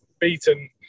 beaten